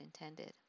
intended